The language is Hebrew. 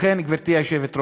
לכן, גברתי היושבת-ראש,